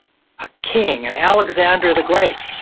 a king, and alexander the great,